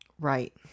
Right